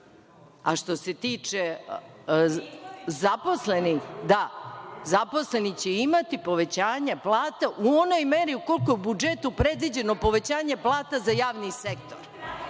se tiče zaposlenih, da, zaposleni će imati povećanja plata u onoj meri koliko je u budžetu predviđeno povećanje plata za javni sektor,